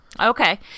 Okay